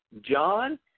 John